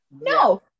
no